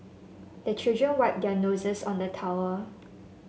the children wipe their noses on the towel